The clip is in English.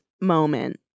moment